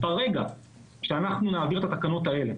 ברגע שאנחנו נעביר את התקנות האלה